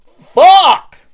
Fuck